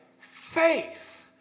Faith